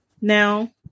now